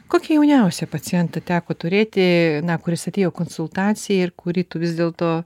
kokį jauniausią pacientą teko turėti kuris atėjo konsultacijai ir kurį tu vis dėl to